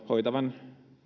hoitavan